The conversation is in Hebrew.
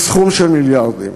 עם סכום של מיליארדים.